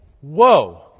whoa